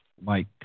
Mike